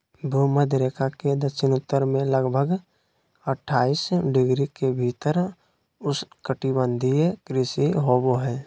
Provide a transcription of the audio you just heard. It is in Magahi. भूमध्य रेखा के दक्षिण उत्तर में लगभग अट्ठाईस डिग्री के भीतर उष्णकटिबंधीय कृषि होबो हइ